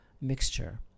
mixture